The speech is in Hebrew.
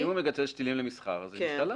אם הוא מגדל שתילים למסחר, זאת משתלה.